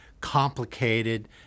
complicated